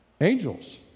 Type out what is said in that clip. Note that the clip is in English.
Angels